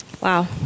Wow